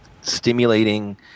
stimulating